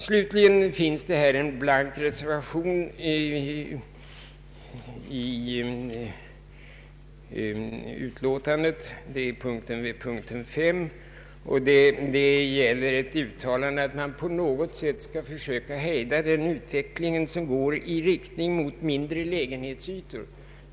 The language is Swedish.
Slutligen finns en blank reservation till utskottets utlåtande som gäller fördelningen på lägenhetstyper. Vi anser att man på något sätt måste försöka hejda den utveckling som går i riktning mot mindre lägenhetsytor.